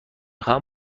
خوام